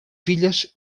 filles